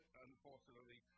unfortunately